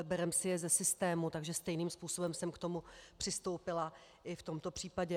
Bereme si je ze systému, takže stejným způsobem jsem k tomu přistoupila i v tomto případě.